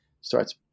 starts